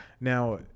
Now